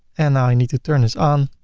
and i need to turn this on